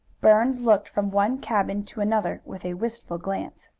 burns looked from one cabin to another with a wistful glance.